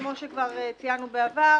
כפי שציינו כבר בעבר,